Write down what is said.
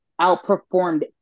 outperformed